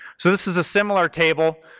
so this is a similar table,